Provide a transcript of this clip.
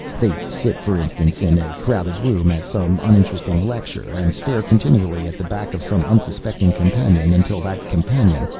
they sit, for instance, in a crowded room at some uninteresting lecture, and stare continually at the back of some unsuspecting companion until that companion,